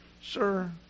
Sir